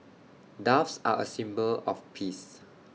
doves are A symbol of peace